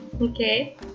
Okay